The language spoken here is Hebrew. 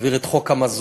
הוא העביר את חוק המזון,